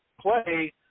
play